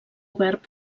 obert